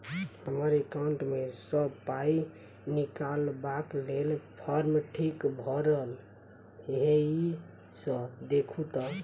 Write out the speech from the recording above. हम्मर एकाउंट मे सऽ पाई निकालबाक लेल फार्म ठीक भरल येई सँ देखू तऽ?